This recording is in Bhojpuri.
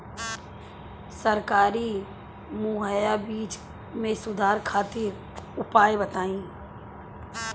सरकारी मुहैया बीज में सुधार खातिर उपाय बताई?